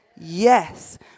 Yes